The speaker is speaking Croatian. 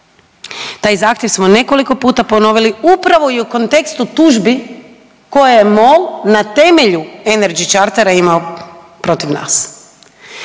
Taj zahtjev smo nekoliko puta ponovili upravo i u kontekstu tužbi koje je MOL na temelju Energy chartera imao protiv nas.